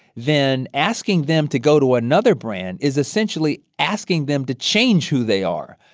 then asking them to go to another brand is essentially asking them to change who they are.